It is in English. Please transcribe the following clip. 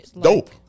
Dope